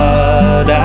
God